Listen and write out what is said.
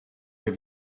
have